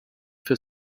für